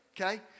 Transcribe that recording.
Okay